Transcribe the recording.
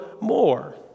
more